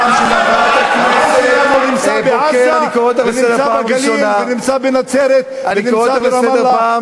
העם שלנו נמצא בעזה ונמצא בגליל ונמצא בנצרת ונמצא ברמאללה,